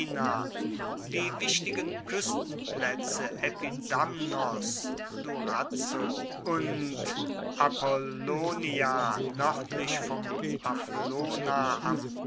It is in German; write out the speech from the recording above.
die wichtigen kuestenplaetze epidamnos durazzo und apollonia noerdlich von avlona am